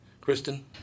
Kristen